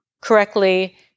correctly